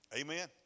Amen